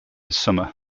summer